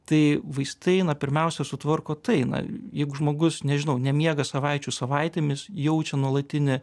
tai vaistai na pirmiausia sutvarko tai na jeigu žmogus nežinau nemiega savaičių savaitėmis jaučia nuolatinį